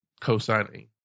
co-signing